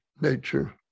nature